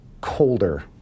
colder